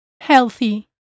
healthy